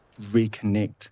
reconnect